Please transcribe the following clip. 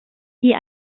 hier